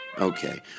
Okay